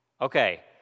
Okay